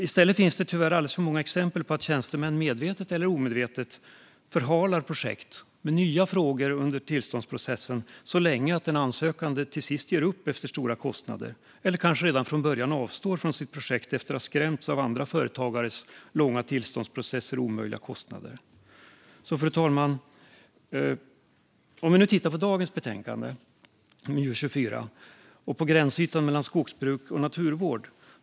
I stället finns det tyvärr alldeles för många exempel på att tjänstemän medvetet eller omedvetet förhalar projekt med nya frågor under tillståndsprocessen så länge att den sökande till sist, efter stora kostnader, ger upp eller kanske redan från början avstår efter att ha skrämts av andra företagares långa tillståndsprocesser och omöjliga kostnader. Fru talman! Låt oss titta på dagens betänkande MJU 24 och på gränsytan mellan skogsbruk och naturvård.